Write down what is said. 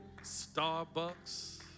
Starbucks